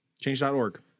Change.org